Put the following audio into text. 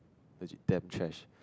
legit damn trash